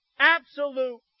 absolute